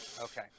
Okay